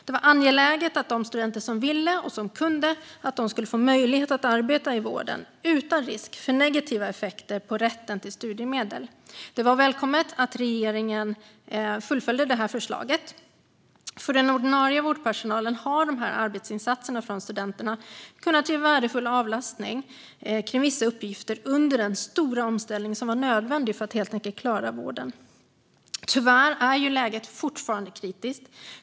Det var angeläget att de studenter som ville och kunde skulle få möjlighet att arbeta i vården utan risk för negativa effekter på rätten till studiemedel. Det var välkommet att regeringen fullföljde förslaget. För den ordinarie vårdpersonalen gav dessa arbetsinsatser från studenterna värdefull avlastning i vissa uppgifter under den stora omställning som var nödvändig för att klara vården. Tyvärr är läget fortfarande kritiskt.